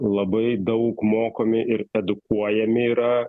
labai daug mokomi ir edukuojami yra